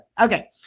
Okay